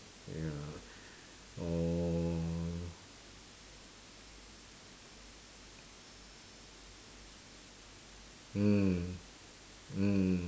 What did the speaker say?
ya or mm mm